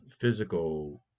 physical